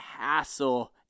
hassle